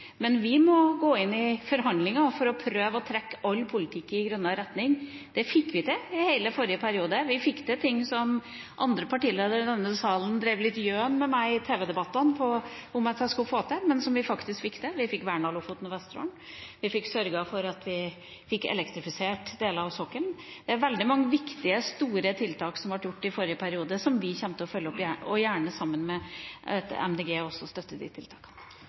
men Venstre vil ikke ha den 24. konsesjonsrunden. Vi må gå inn i forhandlinger for å prøve å trekke all politikk i grønnere retning. Det fikk vi til i hele forrige periode – vi fikk til ting som andre partiledere i denne salen drev litt gjøn med meg i tv-debatter om jeg skulle få til, men som vi faktisk fikk til. Vi fikk vernet Lofoten og Vesterålen, vi fikk sørget for å få elektrifisert deler av sokkelen. Det er veldig mange viktige, store tiltak som ble gjort i forrige periode som vi kommer til å følge opp, og gjerne sammen med Miljøpartiet De Grønne, ved at de også støtter de tiltakene.